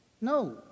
No